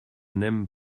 n’aime